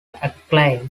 acclaim